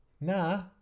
Nah